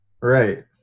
right